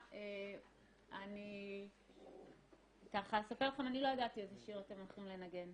אני לא ידעתי איזה שיר אתם הולכים לנגן.